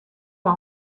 mei